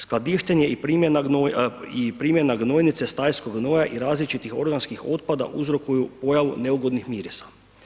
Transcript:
Skladištenje i primjena gnojnice, stajskog gnoja i različitih organskih otpada uzrokuju pojavu neugodnih mirisa.